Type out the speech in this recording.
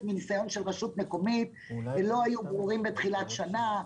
מניסיון של רשות מקומית לא היו ברורים בתחילת שנה.